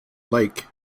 lake